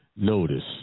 Notice